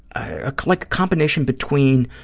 a like combination between